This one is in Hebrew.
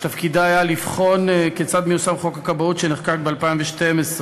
שתפקידה היה לבחון כיצד מיושם חוק הכבאות שנחקק ב-2012.